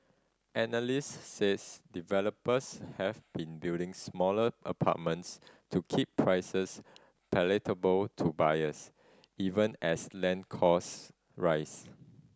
analysts says developers have been building smaller apartments to keep prices palatable to buyers even as land costs rise